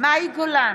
מאי גולן,